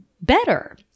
better